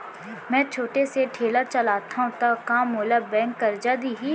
मैं छोटे से ठेला चलाथव त का मोला बैंक करजा दिही?